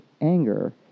anger